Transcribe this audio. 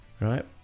right